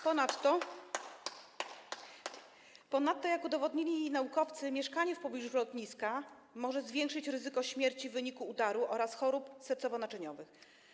Ponadto, jak udowodnili naukowcy, mieszkanie w pobliżu lotniska może zwiększyć ryzyko śmierci w wyniku udaru oraz chorób sercowo-naczyniowych.